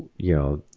you know,